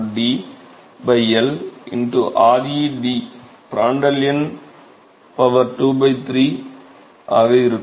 04 D L ReD பிராண்டல் எண் 2 3 ஆக இருக்கும்